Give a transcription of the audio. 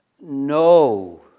no